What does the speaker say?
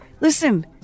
listen